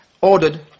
ordered